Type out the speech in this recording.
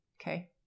okay